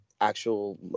actual